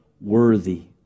worthy